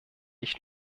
ich